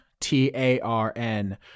T-A-R-N